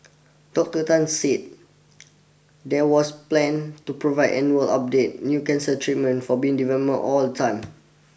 Doctor Tan said there was plan to provide annual update new cancer treatment for being developed all the time